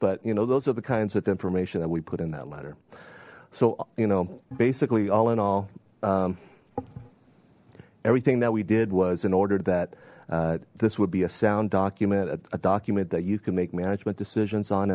but you know those are the kinds of information that we put in that letter so you know basically all in all everything that we did was in order that this would be a sound document a document that you can make management decisions on